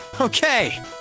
Okay